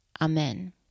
Amen